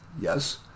yes